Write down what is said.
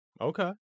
Okay